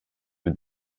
with